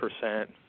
percent